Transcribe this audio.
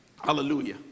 Hallelujah